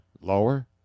Lower